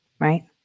right